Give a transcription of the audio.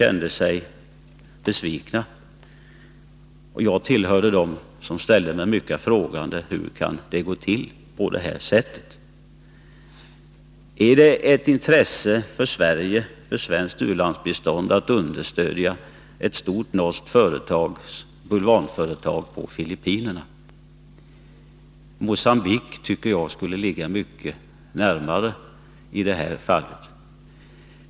Jag tillhör dem som ställer sig mycket frågande till det här handlingssättet. Är det ett svenskt intresse när det gäller svenskt u-landsbistånd att understödja ett stort norskt företags bulvanföretag på Filippinerna? Jag tycker att Mogambique i detta fall skulle ligga mycket närmare till.